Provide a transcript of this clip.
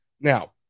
Now